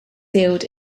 sealed